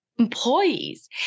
employees